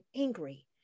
angry